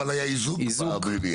אבל היה איזוק במליאה.